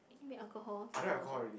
make alcohol too cold also